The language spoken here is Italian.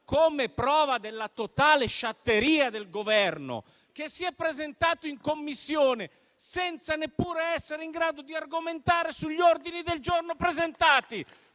come prova della sua totale sciatteria, il Governo si è presentato in Commissione senza neppure essere in grado di argomentare sugli ordini del giorno presentati